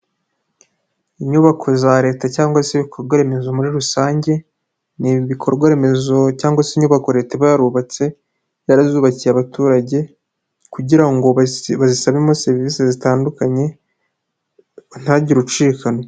Inyubako za Leta cyangwa se ibikorwa remezo muri rusange ni ibikorwaremezo cyangwa se inyubako Leta iba yarubatse yarazubakiye abaturage kugira ngo bazisabemo serivisi zitandukanye ntihagire ucikanwa.